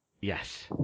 Yes